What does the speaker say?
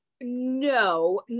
no